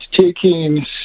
taking